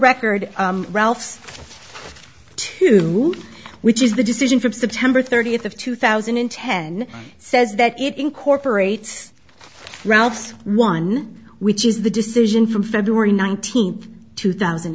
record ralphs to which is the decision from september thirtieth of two thousand and ten says that it incorporates rounds one which is the decision from february nineteenth two thousand